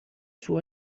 suo